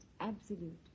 absolute